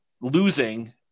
losing